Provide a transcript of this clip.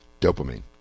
Dopamine